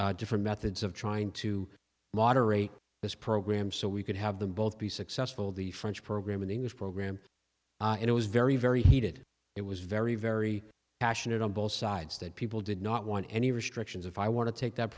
different methods of trying to moderate this program so we could have them both be successful the french program an english program and it was very very heated it was very very passionate on both sides that people did not want any restrictions if i want to take that